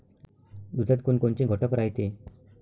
दुधात कोनकोनचे घटक रायते?